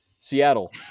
Seattle